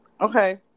Okay